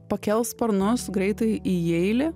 pakels sparnus greitai į jeilį